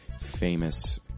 famous